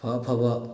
ꯑꯐ ꯑꯐꯕ